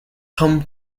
home